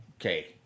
Okay